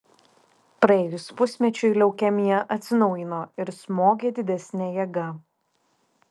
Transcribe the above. praėjus pusmečiui leukemija atsinaujino ir smogė didesne jėga